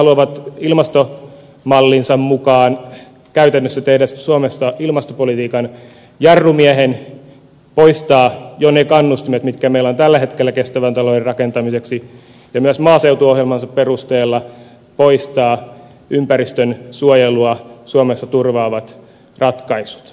he haluavat ilmastomallinsa mukaan käytännössä tehdä suomesta ilmastopolitiikan jarrumiehen poistaa ne kannustimet mitkä meillä jo on tällä hetkellä kestävän talouden rakentamiseksi ja myös maaseutuohjelmansa perusteella poistaa ympäristönsuojelua suomessa turvaavat ratkaisut